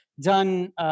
done